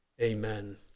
Amen